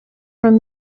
from